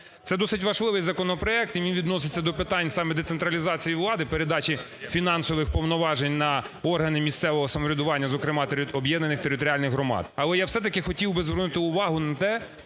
Це досить важливий законопроект, і він відноситься до питань саме децентралізації влади, передачі фінансових повноважень на органи місцевого самоврядування, зокрема, об'єднаних територіальних громад. Але я все-таки хотів би звернути увагу на те,